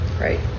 right